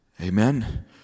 Amen